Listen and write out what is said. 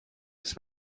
its